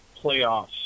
playoffs